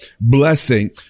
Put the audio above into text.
blessing